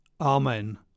Amen